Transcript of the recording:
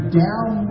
down